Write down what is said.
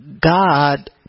God